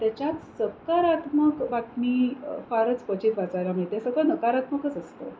त्याच्यात सकारात्मक बातमी फारच क्वचित वाचायला मिळते सगळं नकारात्मकच असतं